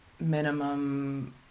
minimum